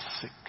sick